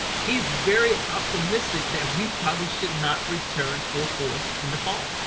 he's very optimistic that we've probably should not return full force in the fall.